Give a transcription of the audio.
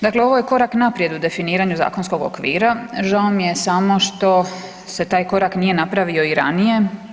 Dakle, ovo je korak naprijed u definiranju zakonskog okvira, žao mi je samo što se taj korak nije napravio i ranije.